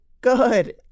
good